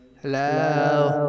hello